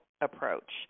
approach